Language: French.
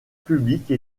publique